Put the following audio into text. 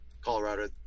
colorado